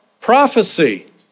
prophecy